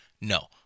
No